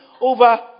over